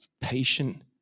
patient